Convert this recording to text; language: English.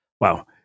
Wow